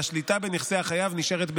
והשליטה בנכסי החייב נשארת בידיו.